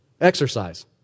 Exercise